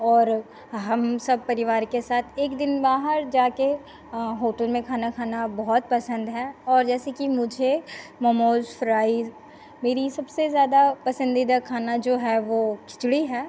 और हम सब परिवार के साथ एक दिन बाहर जाकर होटल में खाना खाना बहुत पसंद है और जैसे कि मुझे मोमोज फ्राइज मेरी सबसे ज्यादा पसंदीदा खाना जो है वो खिचड़ी है